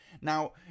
Now